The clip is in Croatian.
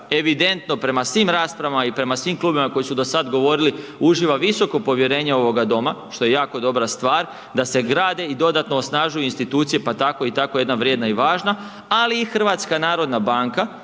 evidentno prema svim raspravama i prema svim klubovima koji su do sad govorili, uživa visoko povjerenje ovoga doma, što je jako dobra stvar, da se grade i dodatno osnažuju institucije, pa tako i tako jedna vrijedna i važna, ali i HNB, i jedni i